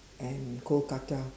and Kolkata